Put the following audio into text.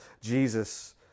Jesus